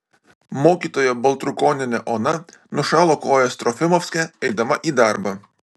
mokytoja baltrukonienė ona nušalo kojas trofimovske eidama į darbą